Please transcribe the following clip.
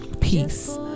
Peace